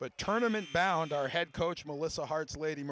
but tournaments found our head coach melissa hart's lady